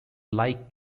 like